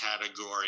category